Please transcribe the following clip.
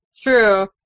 True